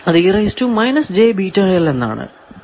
അത് എന്നാണ്